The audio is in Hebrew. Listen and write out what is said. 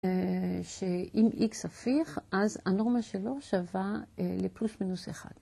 שאם x הפיך, אז הנורמה שלו שווה לפלוס מינוס אחד.